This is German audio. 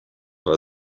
war